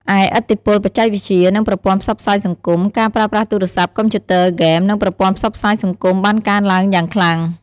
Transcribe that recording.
ឯឥទ្ធិពលបច្ចេកវិទ្យា និងប្រព័ន្ធផ្សព្វផ្សាយសង្គម ការប្រើប្រាស់ទូរស័ព្ទ កុំព្យូទ័រ ហ្គេម និងប្រព័ន្ធផ្សព្វផ្សាយសង្គមបានកើនឡើងយ៉ាងខ្លាំង ។